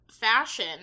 fashion